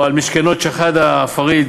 או על משכנות שחאדה פריד?